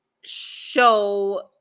show